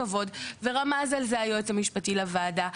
ורמז על זה היועץ המשפטי לוועדה,